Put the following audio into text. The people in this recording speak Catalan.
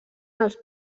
els